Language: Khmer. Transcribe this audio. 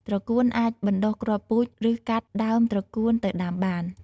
ត្រកួន អាចបណ្ដុះគ្រាប់ពូជ ឬកាត់ដើមត្រកួនទៅដាំបាន។